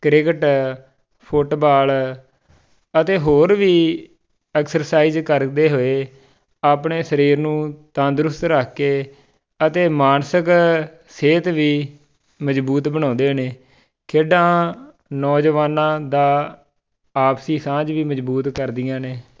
cricket football ਅਤੇ ਹੋਰ ਵੀ ਐਕਸਰਸਾਈਜ਼ ਕਰਦੇ ਹੋਏ ਆਪਣੇ ਸਰੀਰ ਨੂੰ ਤੰਦਰੁਸਤ ਰੱਖ ਕੇ ਅਤੇ ਮਾਨਸਿਕ ਸਿਹਤ ਵੀ ਮਜ਼ਬੂਤ ਬਣਾਉਂਦੇ ਨੇ ਖੇਡਾਂ ਨੌਜਵਾਨਾਂ ਦਾ ਆਪਸੀ ਸਾਂਝ ਵੀ ਮਜ਼ਬੂਤ ਕਰਦੀਆਂ ਨੇ